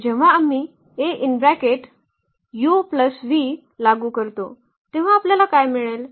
तर जेव्हा आम्ही लागू करतो तेव्हा आपल्याला काय मिळेल